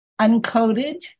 uncoded